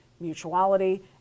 mutuality